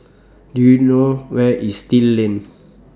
Do YOU know Where IS Still Lane